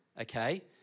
okay